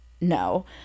no